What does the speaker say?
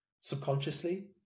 subconsciously